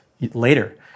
later